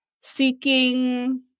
seeking